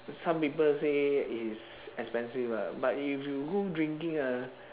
some people say it is expensive ah but if you go drinking ah